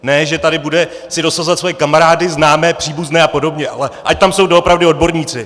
Ne že tady bude si dosazovat své kamarády, známé, příbuzné apod., ale ať tam jsou doopravdy odborníci.